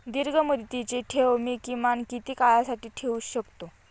दीर्घमुदतीचे ठेव मी किमान किती काळासाठी ठेवू शकतो?